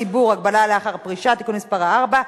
הציבור (הגבלות לאחר פרישה) (תיקון מס' 4),